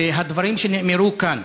הדברים שנאמרו כאן,